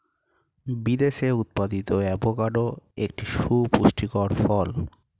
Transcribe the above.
বিদেশে উৎপাদিত অ্যাভোকাডো একটি সুপুষ্টিকর ফল